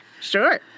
Sure